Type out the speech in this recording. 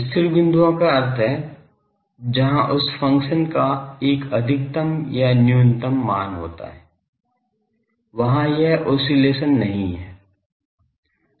स्थिर बिंदुओं का अर्थ है जहां उस फंक्शन का एक अधिकतम या न्यूनतम मान होता है वहां यह ऑस्सिलेशन नहीं है